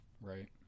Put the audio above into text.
Right